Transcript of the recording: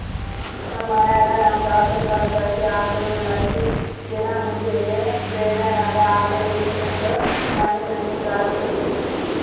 ನಮ್ ಮನ್ಯಾಗ ನಮ್ ತಾತುನ ಕಾಲದ್ಲಾಸಿ ಆಕುಳ್ಗುಳಲಾಸಿ ದಿನಾ ಮುಂಜೇಲಿ ಬೇಗೆನಾಗ ಹಾಲು ಹಿಂಡಿಕೆಂಡು ಮನಿಮನಿಗ್ ಹಾಲು ಕೊಡ್ತೀವಿ